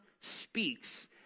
speaks